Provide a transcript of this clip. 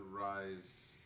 rise